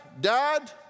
Dad